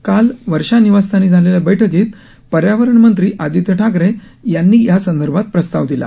काल वर्षा निवासस्थानी झालेल्या बैठकीत पर्यावरण मंत्री आदित्य ठाकरे यांनी यासंदर्भात प्रस्ताव दिला